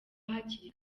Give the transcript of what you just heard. hakiri